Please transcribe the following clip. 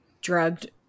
drugged